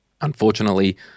unfortunately